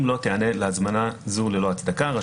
אם לא תיענה להזמנה זו ללא הצדק חוקי,